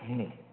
अस्तु